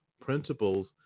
principles